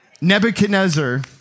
Nebuchadnezzar